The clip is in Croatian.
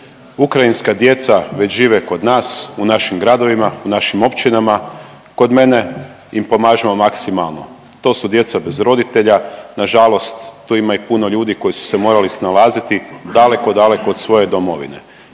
Ukrajinska djeca već žive kod nas u našim gradovima, u našim općinama, kod mene im pomažemo maksimalno, to su djeca bez roditelja, nažalost tu ima i puno ljudi koji su se morali snalaziti daleko, daleko od svoje domovine